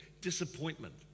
Disappointment